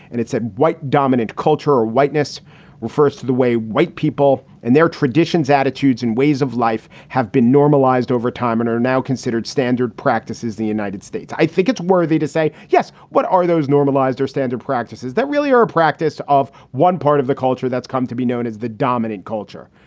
and it's a white dominant culture or whiteness refers to the way white people and their traditions, attitudes and ways of life have been normalized over time and are now considered standard practices. the united states. i think it's worthy to say yes. what are those normalized? their standard practices that really are a practice of one part of the culture that's come to be known as the dominant culture.